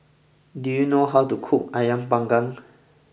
do you know how to cook Ayam Panggang